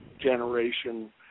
generation